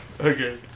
Okay